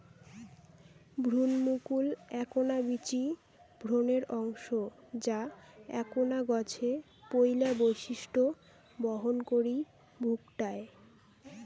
ভ্রুণমুকুল এ্যাকনা বীচি ভ্রূণের অংশ যা এ্যাকনা গছের পৈলা বৈশিষ্ট্য বহন করি ভুকটায়